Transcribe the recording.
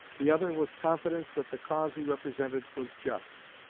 the other was confidence that the cause he represented was just.